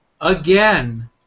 again